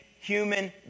human